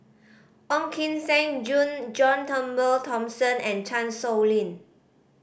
Ong Kim Seng John Turnbull Thomson and Chan Sow Lin